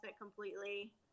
completely